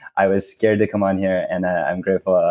i was scared to come on here and i'm grateful